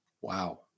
Wow